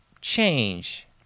change